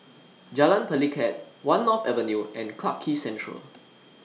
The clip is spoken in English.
Jalan Pelikat one North Avenue and Clarke Quay Central